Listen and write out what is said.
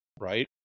right